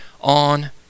on